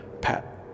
pat